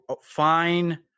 fine